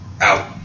out